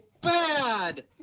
bad